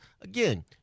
again